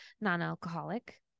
non-alcoholic